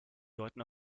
deuten